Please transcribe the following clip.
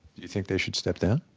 you think they should step down?